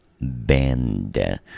bend